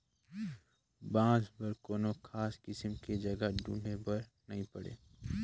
बांस बर कोनो खास किसम के जघा ढूंढे बर नई पड़े